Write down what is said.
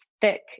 thick